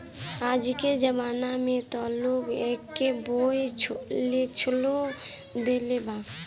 आजके जमाना में त लोग एके बोअ लेछोड़ देले बा